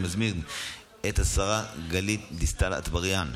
אני מזמין את השרה גלית דיסטל אטבריאן,